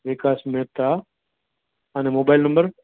વિકાસ મેહતા અને mobile number